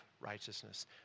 righteousness